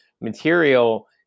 material